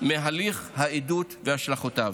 מהליך העדות והשלכותיו,